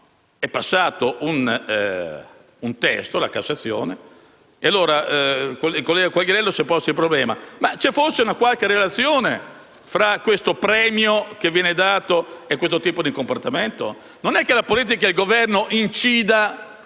È passato un altro testo alla Cassazione. E allora, il collega Quagliariello si è posto il problema: c'è forse una qualche relazione tra questo premio che viene dato e quel tipo di comportamento? Non è che la politica del Governo incida